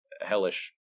hellish